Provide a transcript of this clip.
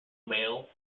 mail